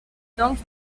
doncs